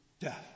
death